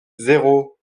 zéro